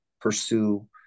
pursue